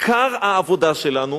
עיקר העבודה שלנו,